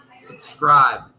subscribe